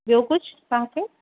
ॿियो कुझु तव्हांखे